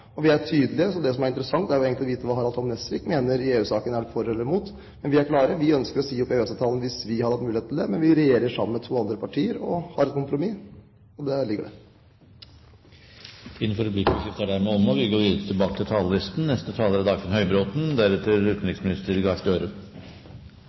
vi er tydelige. Det som er interessant, er jo å vite hva Harald T. Nesvik mener i EU-saken – er han for eller imot? Men vi er klare – vi ønsker å si opp EØS-avtalen hvis vi hadde hatt muligheten til det, men vi regjerer sammen med to andre partier og har et kompromiss, og der ligger det. Replikkordskiftet er omme. Norge yter betydelige bidrag til utjamning og fattigdomsbekjempelse gjennom våre bidrag til